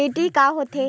DD का होथे?